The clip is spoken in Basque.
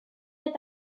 eta